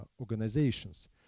organizations